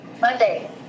Monday